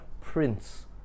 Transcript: Prince